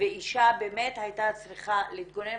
ואישה באמת היתה צריכה להתגונן.